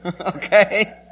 okay